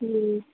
ꯎꯝ